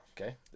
okay